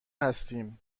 هستیم